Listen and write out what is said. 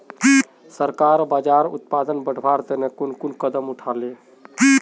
सरकार बाजरार उत्पादन बढ़वार तने कुन कुन कदम उठा ले